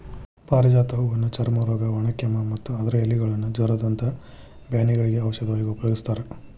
ಪಾರಿಜಾತ ಹೂವನ್ನ ಚರ್ಮರೋಗ, ಒಣಕೆಮ್ಮು, ಮತ್ತ ಅದರ ಎಲೆಗಳನ್ನ ಜ್ವರದಂತ ಬ್ಯಾನಿಗಳಿಗೆ ಔಷಧವಾಗಿ ಉಪಯೋಗಸ್ತಾರ